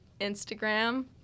instagram